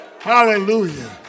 Hallelujah